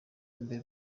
imbere